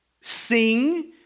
sing